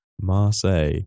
Marseille